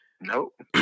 Nope